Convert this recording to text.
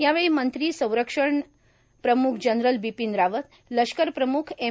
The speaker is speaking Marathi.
यावेळी मंत्री संरक्षण प्रम्ख जनरल बिपिन रावत लष्करप्रम्ख एम